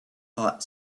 heart